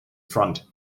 front